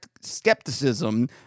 skepticism